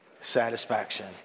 Satisfaction